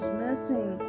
missing